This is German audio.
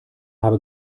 habe